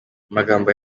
magambo